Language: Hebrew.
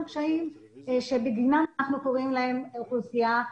קשיים בגינם אנחנו קוראים להם אוכלוסייה פגיעה.